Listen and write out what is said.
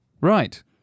Right